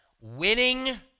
Winning